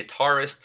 guitarist